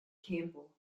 campbell